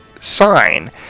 sign